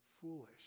foolish